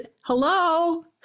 hello